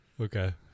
Okay